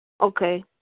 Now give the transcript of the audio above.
Okay